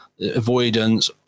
avoidance